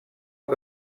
que